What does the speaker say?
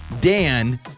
Dan